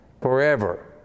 forever